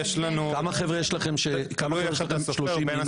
כמה חברה יש לכם שהם 30 פלוס?